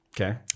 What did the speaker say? Okay